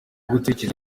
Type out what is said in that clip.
gutekereza